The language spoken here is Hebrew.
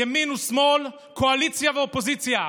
ימין ושמאל, קואליציה ואופוזיציה.